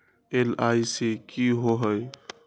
LIC की होअ हई?